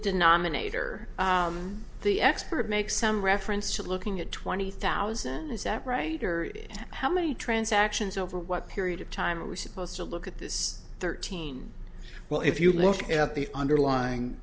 denominator the experts make some reference to looking at twenty thousand is that right or how many transactions over what period of time are we supposed to look at this thirteen well if you look at the underlying